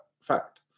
fact